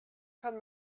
kann